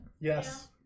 Yes